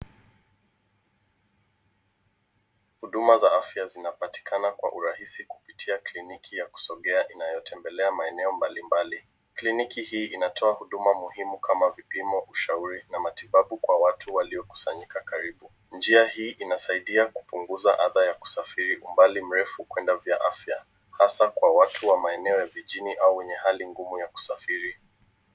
Huduma za afya zinapatikana kwa urahisi kupitia kliniki ya kusogea inayotembelea maeneo mbalimbali. Kliniki hii inatoa huduma muhimu kama vipimo, ushauri na matibabu kwa watu waliokusanyika karibu. Njia hii inasaidia kupunguza ada ya kusafiri umbali mrefu kuenda vya afya hasa kwa watu wa vijijini au wenye hali ngumu ya kusafiri.